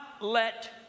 let